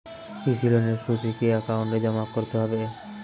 কৃষি লোনের সুদ কি একাউন্টে জমা করতে হবে?